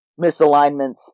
misalignments